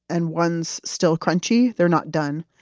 and one's still crunchy, they're not done.